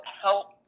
Help